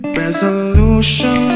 resolution